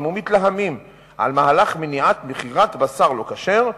ומתלהמים על מהלך מניעת מכירת בשר לא-כשר,